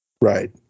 Right